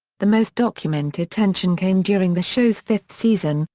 the most documented tension came during the show's fifth season,